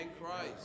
Christ